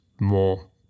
more